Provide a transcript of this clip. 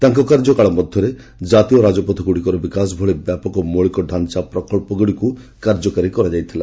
ତାଙ୍କ କାର୍ଯ୍ୟକାଳରେ ଜାତୀୟ ରାଜପଥଗୁଡ଼ିକର ବିକାଶ ଭଳି ବ୍ୟାପକ ମୌଳିକ ଡାଞା ପ୍ରକବଗୁଡ଼ିକୁ କାର୍ଯ୍ୟକାରୀ କରାଯାଇଥିଲା